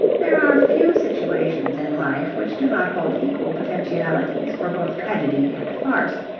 there are few situations in life which do not hold equal potentialities for both tragedy and farce,